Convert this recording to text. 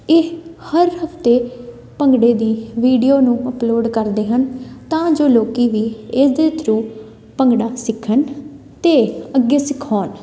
ਇਹ ਹਰ ਹਫ਼ਤੇ ਭੰਗੜੇ ਦੀ ਵੀਡੀਓ ਨੂੰ ਅਪਲੋਡ ਕਰਦੇ ਹਨ ਤਾਂ ਜੋ ਲੋਕ ਵੀ ਇਸ ਦੇ ਥਰੂ ਭੰਗੜਾ ਸਿੱਖਣ ਅਤੇ ਅੱਗੇ ਸਿਖਾਉਣ